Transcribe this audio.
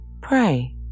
Pray